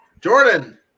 Jordan